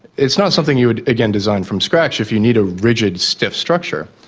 it's not something you would, again, design from scratch if you need a rigid, stiff structure.